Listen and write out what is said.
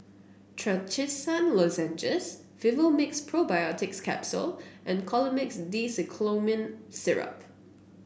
Trachisan Lozenges Vivomixx Probiotics Capsule and Colimix Dicyclomine Syrup